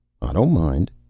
i don't mind.